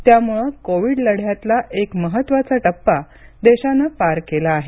त्यामुळे कोविड लढ्यातला एक महत्त्वाचा टप्पा देशानं पार केला आहे